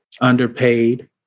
underpaid